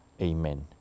Amen